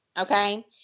okay